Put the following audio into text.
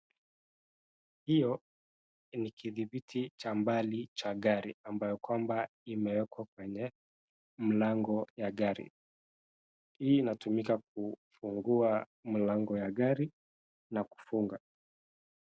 Hiyo ni kidhibiti cha mbali cha gari ambayo kwamba imeekwa kwenye mlango ya gari .Hii inatumika kufungua mlango ya gari na kufunga.